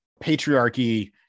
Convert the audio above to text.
patriarchy